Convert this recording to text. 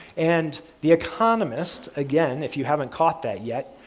and the economist again if you haven't caught that yet,